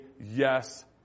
yes